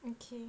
okay